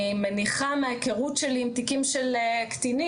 אני מניחה מההיכרות שלי עם תיקים של קטינים,